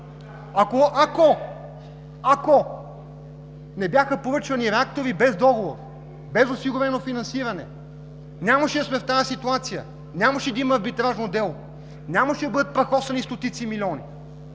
Ако не бяха поръчвани реактори без договор, без осигурено финансиране, нямаше да сме в тази ситуация, нямаше да има арбитражно дело, нямаше да бъдат прахосани стотици милиони.